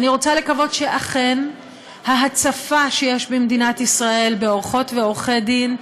ואני רוצה לקוות שאכן ההצפה שיש מדינת ישראל בעורכות ועורכי דין,